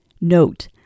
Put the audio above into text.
Note